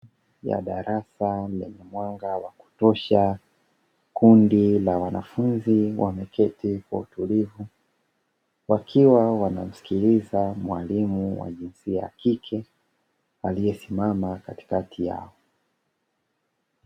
Ndani ya darasa lenye mwanga wa kutosha, kundi la wanafunzi wameketi kwa utulivu wakiwa wanamsikiliza mwalimu wa jinsia ya kike aliyesimama katikati yao.